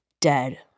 dead